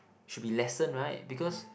should be lesser right because